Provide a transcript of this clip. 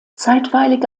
zeitweilig